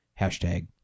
hashtag